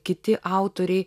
kiti autoriai